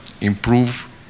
improve